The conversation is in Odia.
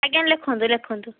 ଆଜ୍ଞା ଲେଖନ୍ତୁ ଲେଖନ୍ତୁ